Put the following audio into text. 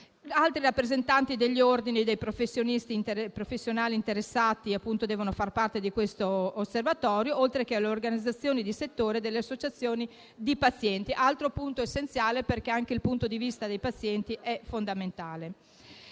Altri rappresentanti degli ordini professionali interessati devono far parte dell'Osservatorio, oltre alle organizzazioni di settore e alle associazioni di pazienti: altro aspetto essenziale, in quanto il punto di vista dei pazienti è fondamentale.